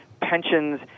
pensions